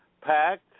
packed